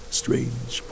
strange